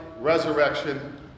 resurrection